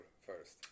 First